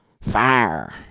Fire